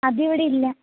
അതിവിടെ ഇല്ല